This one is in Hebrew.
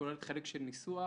וכוללת חלק של ניסוח.